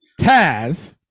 Taz